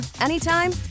anytime